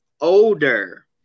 Older